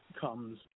comes